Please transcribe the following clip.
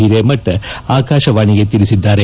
ಹಿರೇಮಠ್ ಆಕಾಶವಾಣಿಗೆ ತಿಳಿಸಿದ್ದಾರೆ